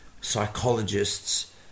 psychologists